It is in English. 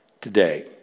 today